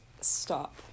stop